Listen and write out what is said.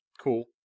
Cool